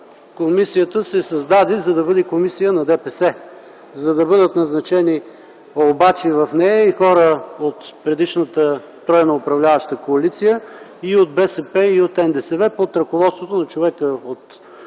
комисията се създаде, за да бъде комисия на ДПС, за да бъдат назначени обаче в нея и хора от предишната тройно управляваща коалиция – и от БСП, и от НДСВ, под ръководството на човека от